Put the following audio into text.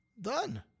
Done